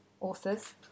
authors